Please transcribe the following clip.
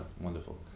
wonderful